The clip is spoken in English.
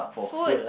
food